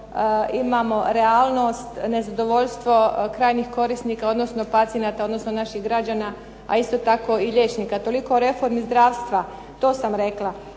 imamo realnost, nezadovoljstvo krajnjih korisnika odnosno pacijenata, odnosno naših građana a isto tako i liječnika. Toliko o reformi zdravstva. To sam rekla.